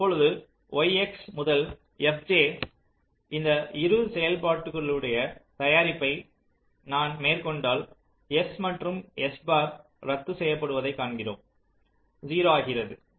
அப்பொழுது yx to fj இந்த இரு செயல்பாடுகளுடைய தயாரிப்பை நான் மேற்கொண்டால் s மற்றும் s பார் ரத்து செய்யப்படுவதைக் காண்கிறோம் O ஜீரோ ஆகிறது